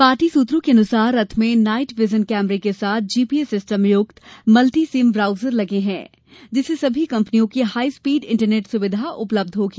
party सूत्रों के मुताबिक रथ में नाईट वीजन कैमरे के साथ जीपीए सिस्टम युक्त मल्टि सीम राउटर लगे हैं जिससे सभी कम्पनियों की हाई स्पीड इंटरनेट सुविधा उपलब्ध होगी